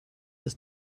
das